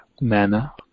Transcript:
manna